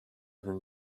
than